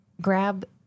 grab